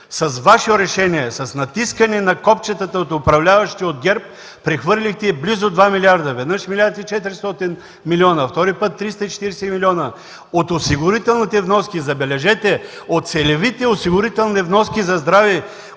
с Ваше решение, с натискане на копчетата от управляващите от ГЕРБ прехвърлихте близо два милиарда, веднъж милиард и четиристотин милиона, втори път 340 милиона от осигурителните вноски, забележете, от целевите осигурителни вноски за здраве,